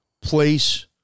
place